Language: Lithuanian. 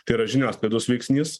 tai yra žiniasklaidos veiksnys